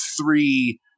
three